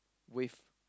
with